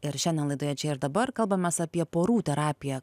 ir šiandien laidoje čia ir dabar kalbamės apie porų terapiją